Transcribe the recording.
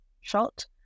shot